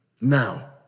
Now